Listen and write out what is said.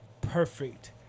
perfect